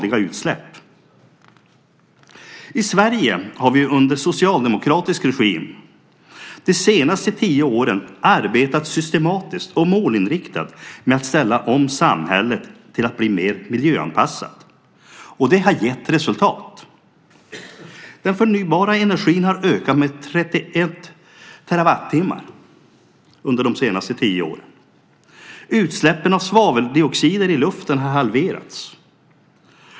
I Sverige har vi under socialdemokratisk regim de senaste tio åren arbetat systematiskt och målinriktat med att ställa om samhället till att bli mer miljöanpassat. Det har gett resultat. Den förnybara energin har ökat med 31 terawattimmar under de senaste tio åren. Utsläppen av svaveldioxider i luften har halverats.